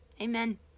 Amen